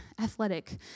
athletic